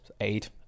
eight